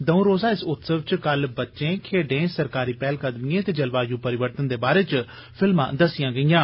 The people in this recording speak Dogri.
दंऊ रोजा इस उत्सव च कल बच्चें खेड्डें सरकारी पैहलकदमिएं ते जलवायु परिवर्तन दे बारै च फिल्मां दस्सियां गेइयां